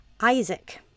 Isaac